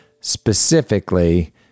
specifically